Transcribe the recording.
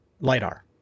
LIDAR